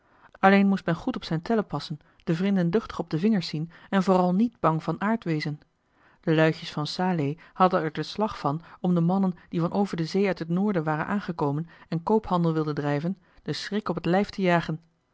alleen moest men goed op zijn tellen passen de vrinden duchtig op de vingers zien en vooral niet bang van aard wezen de luitjes van salé hadden er den slag van om de mannen die van over de zee uit het noorden waren aangekomen en joh h been paddeltje de scheepsjongen van michiel de ruijter koophandel wilden drijven den schrik op het lijf te jagen